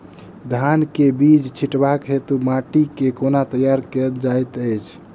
धान केँ बीज छिटबाक हेतु माटि केँ कोना तैयार कएल जाइत अछि?